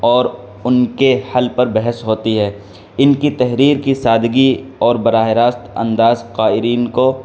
اور ان کے حل پر بحث ہوتی ہے ان کی تحریر کی سادگی اور براہ راست انداز قارئین کو